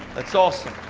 that's awesome.